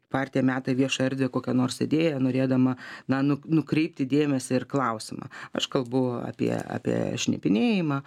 partija meta į viešą erdvę kokią nors idėją norėdama na nu nukreipti dėmesį ir klausimą aš kalbu apie apie šnipinėjimą